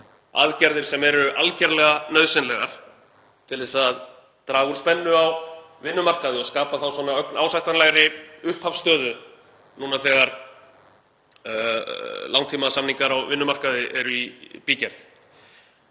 aðgerðir sem eru algjörlega nauðsynlegar til að draga úr spennu á vinnumarkaði og skapa ögn ásættanlegri upphafsstöðu núna þegar langtímasamningar á vinnumarkaði eru í bígerð.